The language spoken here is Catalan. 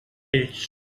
ells